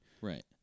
Right